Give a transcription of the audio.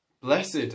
Blessed